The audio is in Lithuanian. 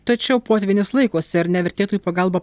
tačiau potvynis laikosi ar nevertėtų į pagalbą